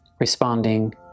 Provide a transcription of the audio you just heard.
responding